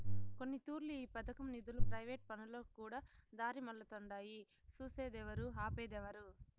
కొన్నితూర్లు ఈ పదకం నిదులు ప్రైవేటు పనులకుకూడా దారిమల్లతుండాయి సూసేదేవరు, ఆపేదేవరు